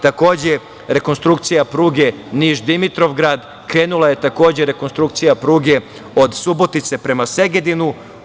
Takođe, rekonstrukcija pruge Niš-Dimitrovgrad, krenula je takođe rekonstrukcija pruge od Subotice prema Segedinu.